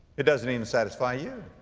it doesn't even satisfy you,